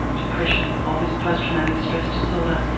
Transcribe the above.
um depression, obvious post-traumatic stress disorder,